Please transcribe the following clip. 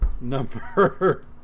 Number